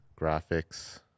Graphics